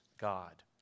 God